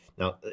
Now